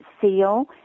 seal